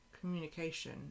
communication